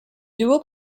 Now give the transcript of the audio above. dual